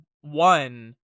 one